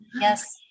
Yes